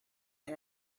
and